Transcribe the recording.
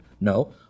No